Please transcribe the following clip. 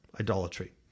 idolatry